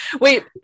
wait